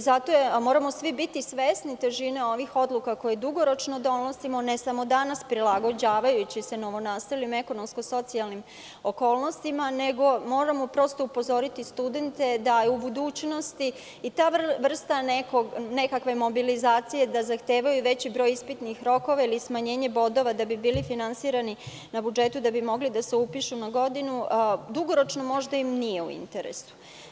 Zato moramo svi biti svesni težine ovih odluka koje dugoročno donosimo, ne samo danas prilagađavajući se novonastalim ekonomsko-socijalnim okolnostima, nego moramo upozoriti studente da u budućnosti i ta vrsta nekakve mobilizacije zahteva veći broj ispitnih rokova ili smanjenje bodova da bi bili finansirani na budžetu i da bi mogli da se upišu na novu godinu, dugoročno im možda nije u interesu.